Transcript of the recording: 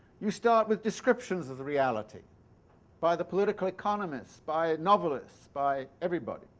you start with descriptions of the reality by the political economists, by novelists, by everybody.